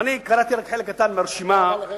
אני קראתי רק חלק קטן מהרשימה, אתה סיימת?